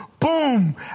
Boom